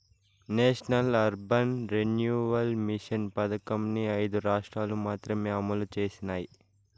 national urban renewal mission పథకంని ఐదు రాష్ట్రాలు మాత్రమే అమలు చేసినాయి